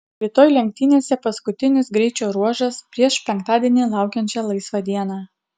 rytoj lenktynėse paskutinis greičio ruožas prieš penktadienį laukiančią laisvą dieną